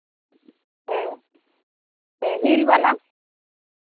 ᱦᱮᱸ ᱦᱮᱸ ᱦᱤᱞ ᱵᱟᱞᱟ